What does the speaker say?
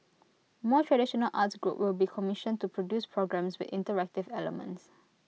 more traditional arts group will be commissioned to produce programmes with interactive elements